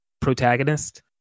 protagonist